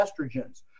estrogens